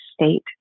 State